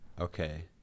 Okay